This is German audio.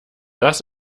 das